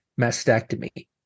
mastectomy